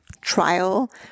trial